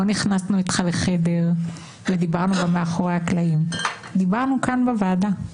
לא נכנסנו איתך לחדר ודיברנו מאחורי הקלעים אבל דיברנו כאן בוועדה,